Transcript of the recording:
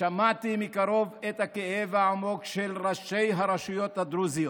שמעתי מקרוב את הכאב העמוק של ראשי הרשויות הדרוזיות.